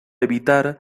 evitar